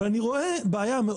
אבל אני רואה בעיה,